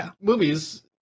movies